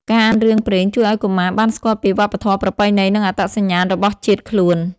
ការអានរឿងព្រេងជួយឲ្យកុមារបានស្គាល់ពី វប្បធម៌ ប្រពៃណី និងអត្តសញ្ញាណ របស់ជាតិខ្លួន។